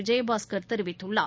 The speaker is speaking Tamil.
விஜயபாஸ்கள் தெரிவித்துள்ளார்